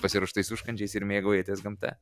pasiruoštais užkandžiais ir mėgaujatės gamta